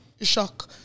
shock